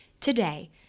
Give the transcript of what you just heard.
today